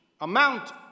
amount